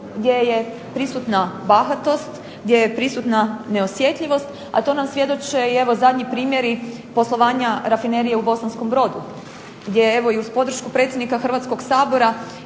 gdje je prisutna bahatost, gdje je prisutna neosjetljivost a to nam svjedoče evo i zadnji primjeri poslovanja Rafinerije u Bosanskom Brodu, gdje evo i uz podršku predsjednika Hrvatskog sabora